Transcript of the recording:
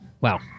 wow